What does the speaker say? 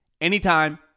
Anytime